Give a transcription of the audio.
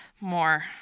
more